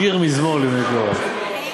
שיר מזמור לבני קורח.